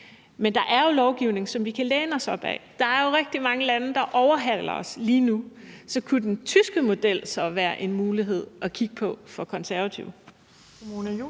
men der er jo lovgivning, som vi kan læne os op ad. Der er jo rigtig mange lande, der overhaler os lige nu. Så kunne den tyske model være en mulighed at kigge på for De Konservative? Kl.